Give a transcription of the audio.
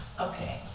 Okay